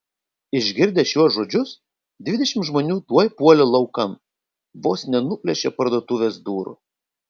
išgirdę šiuos žodžius dvidešimt žmonių tuoj puolė laukan vos nenuplėšė parduotuvės durų